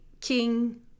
king